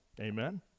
Amen